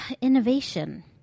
innovation